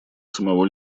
самого